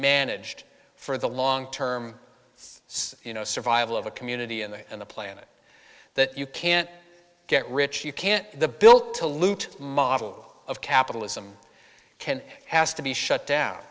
managed for the long term you know survival of a community and the planet that you can't get rich you can't the bill to loot model of capitalism can has to be shut down